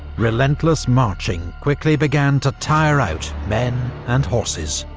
relentless marching quickly began to tire out men and horses.